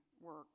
work